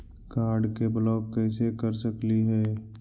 Card के block कैसे कर सकली हे?